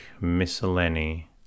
miscellany